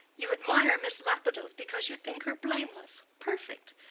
you admire miss lapidoth because you think her blameless, perfect.